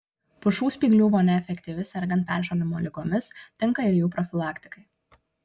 pušų spyglių vonia efektyvi sergant peršalimo ligomis tinka ir jų profilaktikai